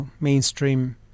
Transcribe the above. mainstream